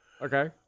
Okay